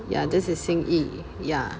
ya this is xin yi ya